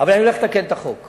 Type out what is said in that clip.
אבל אני הולך לתקן את החוק.